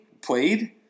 played